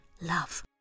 love